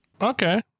Okay